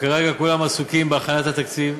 כרגע הם כולם עסוקים בהכנת התקציב,